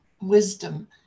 wisdom